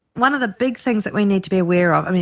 one of the big things that we need to be aware of, i mean,